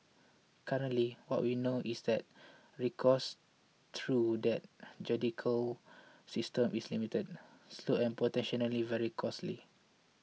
currently what we know is that recourse through that judicial system is limited slow and potentially very costly